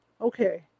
Okay